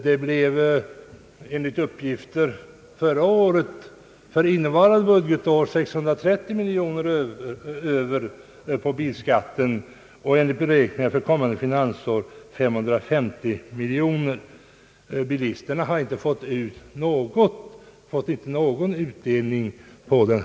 Det blev enligt uppgifter förra året för innevarande budgetår 630 miljoner över på bilskatten, och för kommande budgetår beräknas överskottet bli cirka 550 miljoner. Bilisterna har inte fått ut något av bilskattehöjningen.